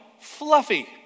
fluffy